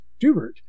Dubert